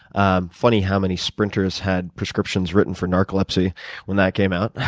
ah funny how many sprinters had prescriptions written for narcolepsy when that came out.